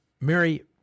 Mary